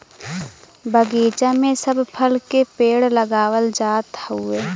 बगीचा में सब फल के पेड़ लगावल जात हउवे